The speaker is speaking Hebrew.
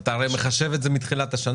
אתה הרי מחשב את זה מתחילת השנה.